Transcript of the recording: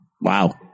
wow